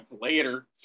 Later